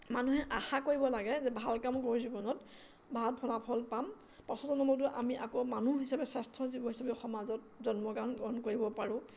মানুহে আশা কৰিব লাগে যে ভাল কাম কৰোঁ জীৱনত ভাল ফলাফল পাম পাছৰ জনমতো আমি আকৌ মানুহ হিচাপে শ্ৰেষ্ঠ জীৱ হিচাপে সমাজত জন্মগ্ৰণ গ্ৰহণ কৰিব পাৰোঁ